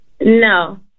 No